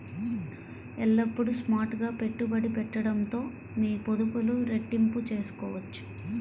ఎల్లప్పుడూ స్మార్ట్ గా పెట్టుబడి పెట్టడంతో మీ పొదుపులు రెట్టింపు చేసుకోవచ్చు